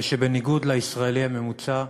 זה שבניגוד לישראלי הממוצע,